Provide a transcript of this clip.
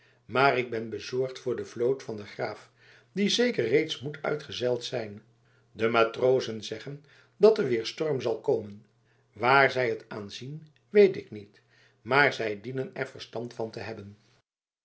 maar ik ben bezorgd voor de vloot van den graaf die zeker reeds moet uitgezeild zijn de matrozen zeggen dat er weer storm zal komen waar zij het aan zien weet ik niet maar zij dienen er verstand van te hebben